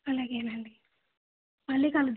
అలాగేనండి మళ్లీ కలు